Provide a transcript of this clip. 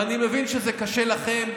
ואני מבין שזה קשה לכם.